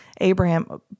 Abraham